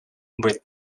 with